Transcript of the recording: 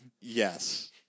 Yes